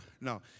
no